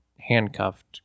handcuffed